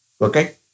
Okay